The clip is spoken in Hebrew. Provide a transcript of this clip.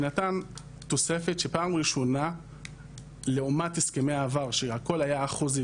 שנתן תוספת שפעם ראשונה לעומת הסכמי העבר שהכול היה אחוזי,